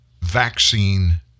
vaccine